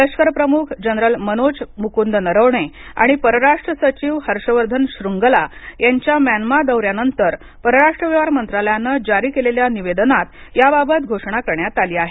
लष्कर प्रमुख जनरल मनोज मुकुंद नरवणे आणि परराष्ट्र सचिव हर्षवर्धन श्रृंगला यांच्या म्यानमा दौऱ्यानंतर परराष्ट्र व्यवहार मंत्रालयानं जारी केलेल्या निवेदनात याबाबत घोषणा करण्यात आली आहे